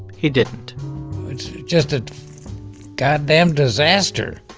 he didn't it's just a goddamned disaster,